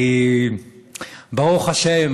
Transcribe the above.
כי ברוך השם,